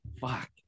fuck